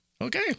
okay